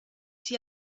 sie